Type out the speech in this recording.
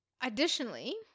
Additionally